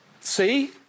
See